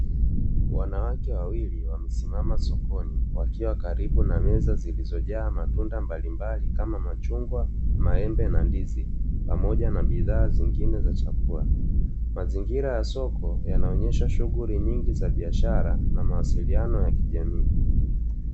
Wanawake wawili wamesimama sokoni wakiwa karibu na meza zilzojaa matunda mbalimbali kama; machungwa, maembe, na ndizi pamoja na bidhaa nyengine za chakula. Mazingira ya soko yanaonyesha shughuli nyingi za biashara na mawasiliano ya kibiashara.